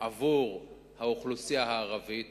עבור האוכלוסייה הערבית